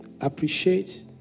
Appreciate